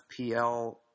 FPL